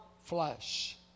flesh